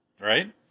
right